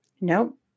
Nope